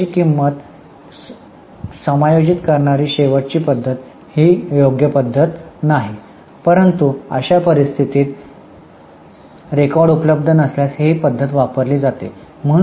आता विक्रीची किंमत समायोजित करणारी शेवटची पद्धत ही योग्य पद्धत नाही परंतु अशा परिस्थितीत रेकॉर्ड उपलब्ध नसल्यास ही पद्धत वापरली जाते